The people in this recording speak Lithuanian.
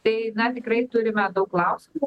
tai na tikrai turime daug klausimų